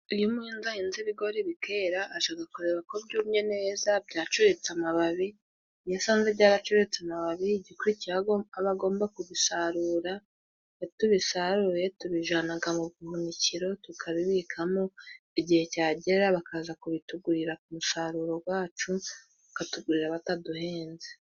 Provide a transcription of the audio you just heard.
Iyo umuhinzi ahinze ibigori bikera ajaga kureba ko byumye neza byacuritse amababi. Iyo asanze byaracuritse amababi, igikurikiyeho abagomba kubisarura. Iyo tubisaruye tubijanaga mu buhunikiro tukabibikamo, igihe cagera bakaza kubitugurira ku musaruro wacu, bakatugurira bataduhenze.